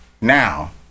Now